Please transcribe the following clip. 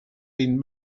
been